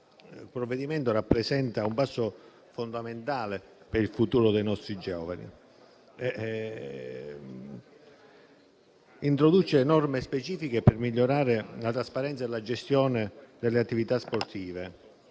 nostro esame rappresenta un passo fondamentale per il futuro dei nostri giovani. Esso introduce infatti norme specifiche per migliorare la trasparenza e la gestione delle attività sportive,